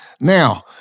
Now